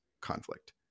conflict